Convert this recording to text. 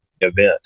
event